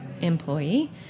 employee